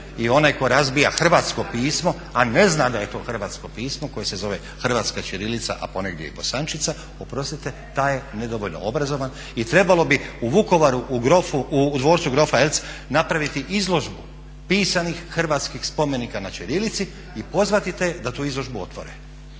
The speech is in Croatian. I onaj tko razbija hrvatsko pismo, a ne zna da je to hrvatsko pismo koje se zove hrvatska ćirilica, a ponegdje i bosančica, oprostite taj je nedovoljno obrazovan i trebalo bi u Vukovaru u Dvorcu grofa Eltz napraviti izložbu pisanih hrvatskih spomenika na ćirilici i pozvati da tu izložbu otvore.